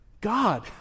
God